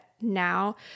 now